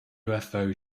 ufo